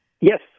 Yes